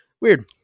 Weird